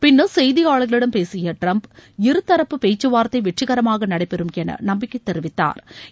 பின்னர் செய்தியாளர்களிடம் பேசிய டிரம்ப் இருதரப்பு பேச்சுவார்த்தை வெற்றிகரமாக நடைபெறும் என நம்பிக்கை தெரிவித்தாா்